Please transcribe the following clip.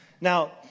Now